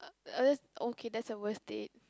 okay that's a worse date